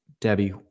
debbie